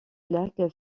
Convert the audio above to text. lac